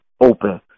open